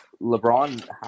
LeBron